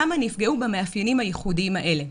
כמה נפגעו במאפיינים הייחודיים האלה.